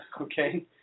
Okay